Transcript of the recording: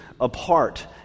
apart